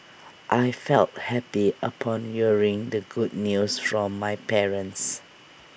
I felt happy upon hearing the good news from my parents